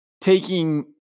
taking